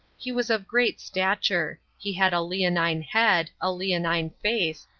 he was of great stature he had a leonine head, a leonine face,